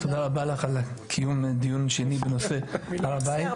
על קיום הדיון בנושא הר הבית.